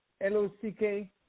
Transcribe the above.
L-O-C-K